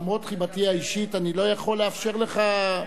למרות חיבתי האישית אני לא יכול לאפשר לך.